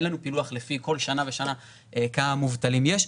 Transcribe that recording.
אין לנו פילוח לפי כל שנה ושנה כמה מובטלים יש.